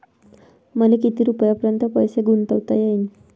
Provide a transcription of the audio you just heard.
मले किती रुपयापर्यंत पैसा गुंतवता येईन?